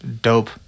dope